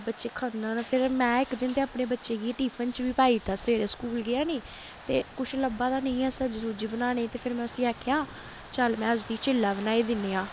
बच्चे खाङन फिर में इक दिन ते अपने बच्चे गी टिफन च बी पाई दित्ता सवेरै स्कूल गेआ नी ते कुछ लब्भा दा नेईं हा सब्जी सुब्जी बनाने गी ते फिर में उस्सी आखेआ चल में अज्ज तुगी चिल्ला बनाई दिन्नी आं